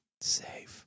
Safe